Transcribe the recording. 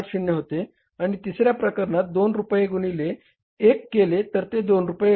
80 होते आणि तिसर्या प्रकरणात 2 रुपये गुणिले 1 केले तर ते 2 रुपये येते